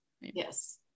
yes